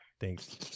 Thanks